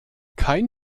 kein